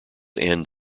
end